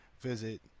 visit